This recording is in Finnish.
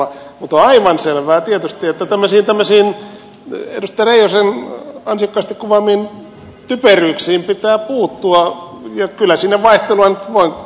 mutta on aivan selvää tietysti että tämmöisiin edustaja reijosen ansiokkaasti kuvaamiin typeryyksiin pitää puuttua